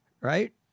Right